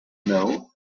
know